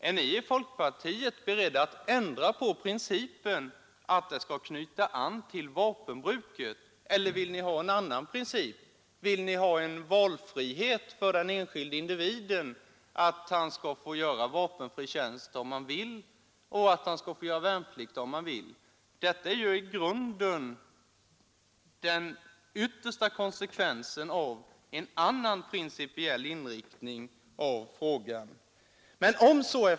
Är ni i folkpartiet beredda att ändra på principen att lagen skall knyta an till vapenbruket? Vill ni ha valfrihet för den enskilde individen att göra vapenfri tjänst om han så vill eller fullgöra värnpliktstjänstgöring om han vill det? Detta är i grunden den yttersta konsekvensen av en annan principiell inriktning.